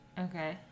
Okay